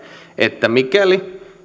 että mikäli